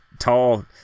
tall